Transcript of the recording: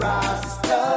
Rasta